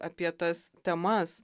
apie tas temas